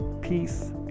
peace